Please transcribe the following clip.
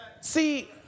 See